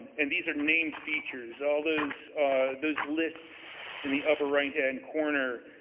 and these are named features. all those those lists in the upper right hand corner,